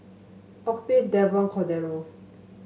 Octave Devon Cordero